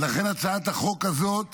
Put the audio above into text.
ולכן הצעת החוק הזאת